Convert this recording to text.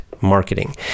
marketing